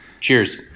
Cheers